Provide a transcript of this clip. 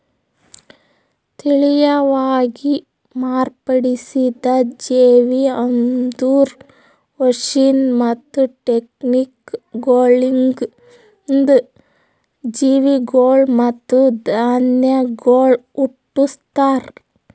ತಳಿಯವಾಗಿ ಮಾರ್ಪಡಿಸಿದ ಜೇವಿ ಅಂದುರ್ ಮಷೀನ್ ಮತ್ತ ಟೆಕ್ನಿಕಗೊಳಿಂದ್ ಜೀವಿಗೊಳ್ ಮತ್ತ ಧಾನ್ಯಗೊಳ್ ಹುಟ್ಟುಸ್ತಾರ್